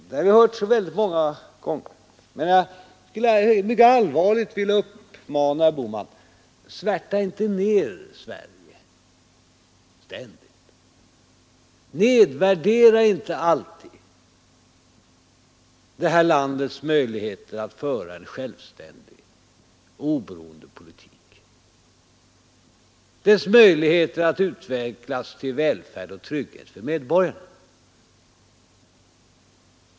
Den har jag hört väldigt många gånger. Jag vill mycket allvarligt uppmana herr Bohman: Svärta inte ständigt ned Sverige. Nedvärdera inte alltid detta lands möjligheter att föra en självständig och oberoende politik och dess möjligheter att utvecklas till välfärd och trygghet för medborgarna.